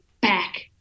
back